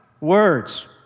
Words